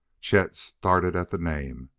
chet started at the name.